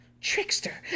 trickster